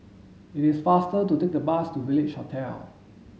it is faster to take the bus to Village Hotel